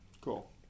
Cool